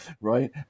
right